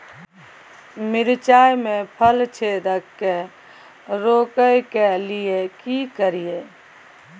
मिर्चाय मे फल छेदक के रोकय के लिये की करियै?